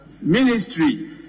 Ministry